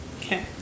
okay